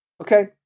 Okay